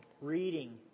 reading